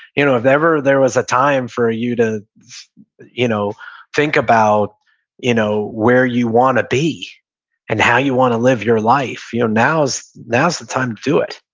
you know if ever there was a time for ah you to you know think about you know where you want to be and how you want to live your life, life, now's now's the time to do it.